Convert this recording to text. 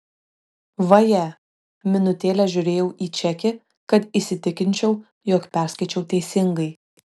vaje minutėlę žiūrėjau į čekį kad įsitikinčiau jog perskaičiau teisingai